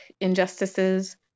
injustices